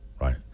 right